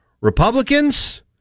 Republicans